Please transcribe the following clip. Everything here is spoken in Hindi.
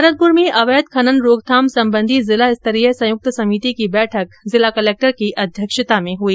भरतपुर में अवैध खनन रोकथाम संबंधी जिला स्तरीय संयुक्त समिति की बैठक जिला कलक्टर की अध्यक्षता में कल हुई